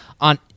on